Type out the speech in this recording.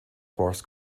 horse